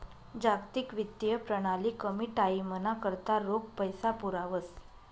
जागतिक वित्तीय प्रणाली कमी टाईमना करता रोख पैसा पुरावस